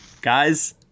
Guys